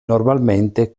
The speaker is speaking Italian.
normalmente